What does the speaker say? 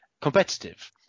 competitive